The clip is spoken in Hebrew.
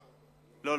לא,